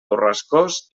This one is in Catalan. borrascós